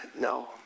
no